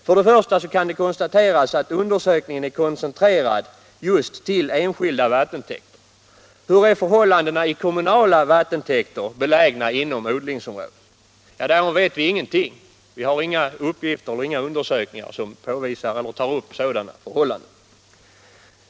Först och främst kan det konstateras att undersökningen är koncentrerad just till enskilda vattentäkter. Hur är förhållandena i kommunala vattentäkter, belägna inom odlingsområden? Därom vet vi ingenting. Vi har inga uppgifter, vi har inga undersökningar som tar upp sådana frågor.